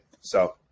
So-